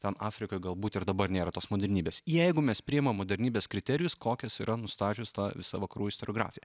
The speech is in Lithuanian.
ten afrikoj galbūt ir dabar nėra tos modernybės jeigu mes priimam modernybės kriterijus kokios yra nustačius tą visą vakarų istoriografiją